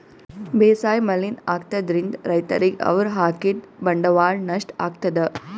ಬೇಸಾಯ್ ಮಲಿನ್ ಆಗ್ತದ್ರಿನ್ದ್ ರೈತರಿಗ್ ಅವ್ರ್ ಹಾಕಿದ್ ಬಂಡವಾಳ್ ನಷ್ಟ್ ಆಗ್ತದಾ